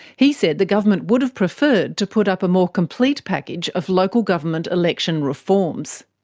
he said the government would have preferred to put up a more complete package of local government election reforms.